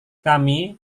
kami